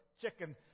chicken